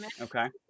Okay